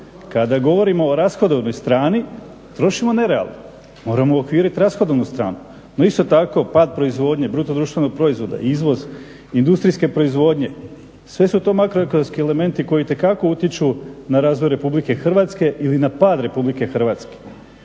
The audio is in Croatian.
kada govorimo o rashodovnoj strani trošimo nerealno. Moramo uokviriti rashodovnu stranu. No isto tako pad proizvodnje bruto društvenog proizvoda, izvoz industrijske proizvodnje, sve su to makroekonomski elementi koji itekako utječu na razvoj Republike Hrvatske ili na pad Republike Hrvatske.